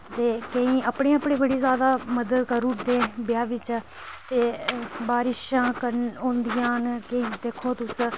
केईं मतलब की अपनी अपनी बड़ी जादा मदद करी ओड़दे ब्याह् बिच्चा ते बारिशां होंदियां न केईं दिक्खो तुस